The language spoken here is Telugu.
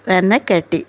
వెనకటి